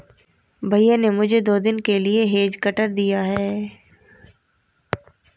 भैया ने मुझे दो दिन के लिए हेज कटर दिया है